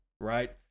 right